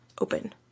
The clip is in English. open